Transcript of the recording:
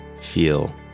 feel